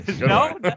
No